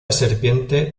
serpiente